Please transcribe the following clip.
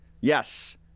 yes